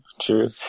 true